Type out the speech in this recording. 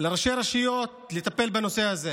לראשי רשויות אין יכולת לטפל בנושא הזה.